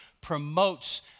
promotes